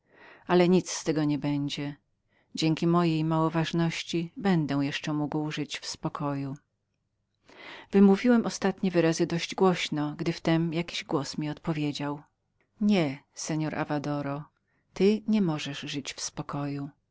ale nic z tego nie będzie dzięki mojej małoważności będę jeszcze mógł żyć w spokoju wymówiłem ostatnie wyrazy dość głośno gdy w tem jakiś głos mi odpowiedział nie seor avadoro ty nie możesz żyć w spokoju